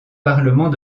parlement